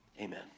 amen